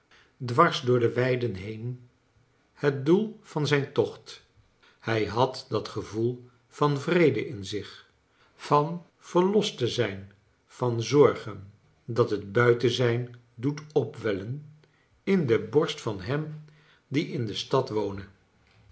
dwars door de weiden he en het doel van zijn tocht hij had dat gevoel van vrede in zich van verlost te zijn van zorgen dat het buiten zijn doet opvvellen in de borst van hen die in de stad wonen